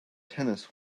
tennis